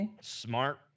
Smart